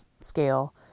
scale